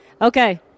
Okay